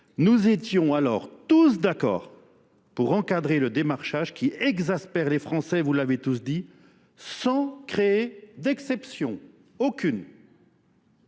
Nous étions alors tous d'accord pour encadrer le démarchage qui exaspère les Français, vous l'avez tous dit, sans créer d'exception. Aucune.